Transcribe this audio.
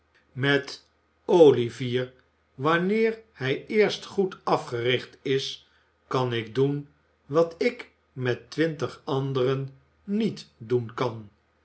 met o ivier wanneer hij eerst goed afgericht is kan ik doen wat ik met twintig anderen niet doen kan